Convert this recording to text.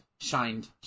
shined